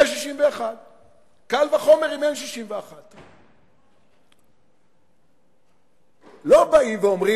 יש 61. קל וחומר אם אין 61. לא באים ואומרים,